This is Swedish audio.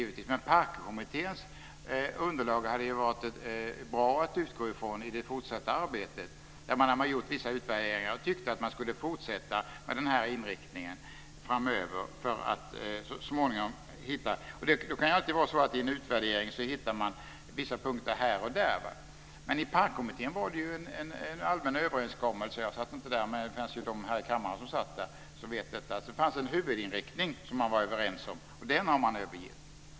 Det hade varit bra att utgå från PARK-kommitténs underlag i det fortsatta arbetet, där man har gjort vissa utvärderingar och har tyckt att vi skulle fortsätta med den här inriktningen framöver för att så småningom hitta någonting. I en utvärdering går det alltid att hitta vissa punkter här och där. I PARK-kommittén - jag satt inte där, men det finns de här i kammaren som satt där och som vet detta - fanns det en huvudinriktning som man var överens om, och den har man övergett.